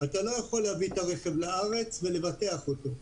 אתה לא יכול להביא את הרכב לארץ ולבטח אותו.